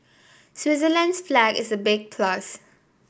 Switzerland's flag is a big plus